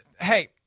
hey